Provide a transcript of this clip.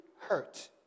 hurt